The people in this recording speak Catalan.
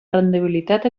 rendibilitat